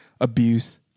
abuse